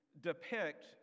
depict